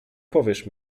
powiesz